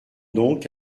donc